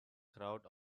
crowd